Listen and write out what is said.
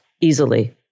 easily